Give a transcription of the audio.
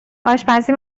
آشپزی